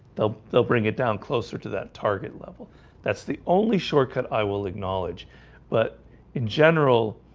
they'll they'll bring it down closer to that target level that's the only shortcut i will acknowledge but in general